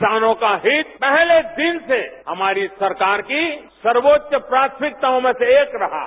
किसानों का हित पहले दिन से हमारी सरकार की सर्वोच्च प्राथमिक्तायों में से एक रहा है